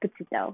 不知道